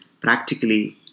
practically